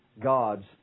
gods